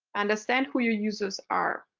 understand who your users are.